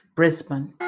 Brisbane